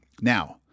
Now